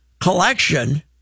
collection